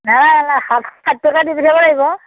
নালাগে নালাগে সাতশ ষাঠি টকা দি পেলাব লাগিব